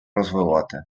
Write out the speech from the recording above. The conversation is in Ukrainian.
розвивати